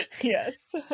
Yes